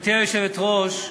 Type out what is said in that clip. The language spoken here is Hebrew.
גברתי היושבת-ראש,